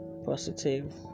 positive